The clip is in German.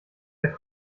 der